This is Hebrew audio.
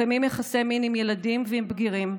מקיימים יחסי מין עם ילדים ועם בגירים,